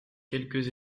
quelques